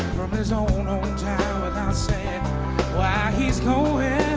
from his old hometown without saying why he's going